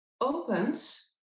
opens